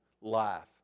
life